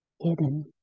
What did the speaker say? hidden